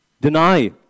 deny